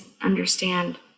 understand